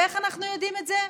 ואיך אנחנו יודעים את זה?